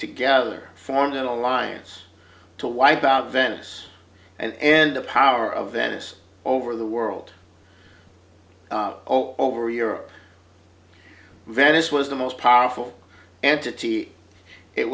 together formed an alliance to wipe out venice and and the power of venice over the world over europe venice was the most powerful entity it